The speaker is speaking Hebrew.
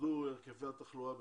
שירדו היקפי התחלואה בחו"ל.